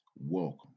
Welcome